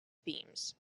themes